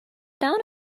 down